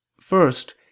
First